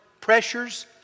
pressures